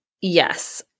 Yes